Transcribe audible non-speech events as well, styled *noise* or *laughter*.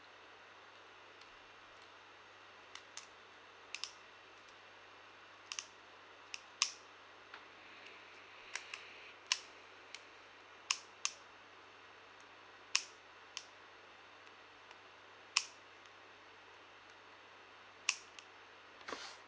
*breath* *breath* *noise*